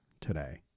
today